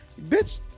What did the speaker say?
Bitch